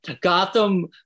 Gotham